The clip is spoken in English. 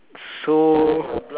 so